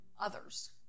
others